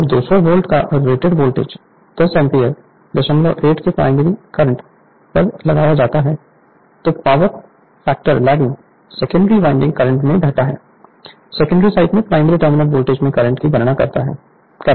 जब 200 वोल्ट का rated voltage 10 ampere 08 के प्राइमरी करंट पर लगाया जाता है तो power factor lagging secondary winding current में बहता है सेकेंडरी साइड में प्राइमरी टर्मिनल वोल्टेज में करंट की गणना करना है